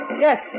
Yes